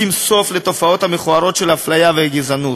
סוף לתופעות המכוערות של אפליה וגזענות.